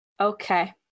Okay